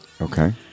Okay